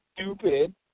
Stupid